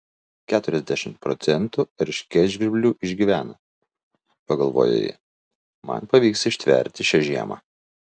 keturiasdešimt procentų erškėtžvirblių išgyvena pagalvojo ji man pavyks ištverti šią žiemą